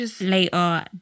later